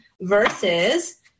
versus